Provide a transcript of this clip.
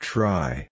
Try